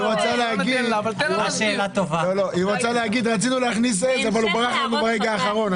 היא רוצה להגיד: רצינו להכניס עז אבל היא ברחה לנו ברגע האחרון.